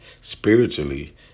spiritually